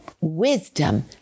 wisdom